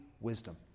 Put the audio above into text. wisdom